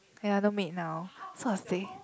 the other maid now so I say